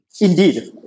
Indeed